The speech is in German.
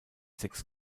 sechs